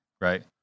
right